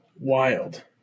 wild